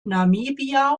namibia